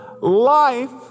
life